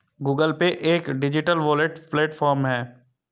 Google Pay एक digital wallet platform है